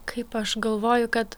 kaip aš galvoju kad